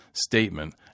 statement